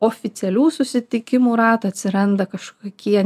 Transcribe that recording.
oficialių susitikimų ratų atsiranda kažkokie